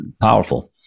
powerful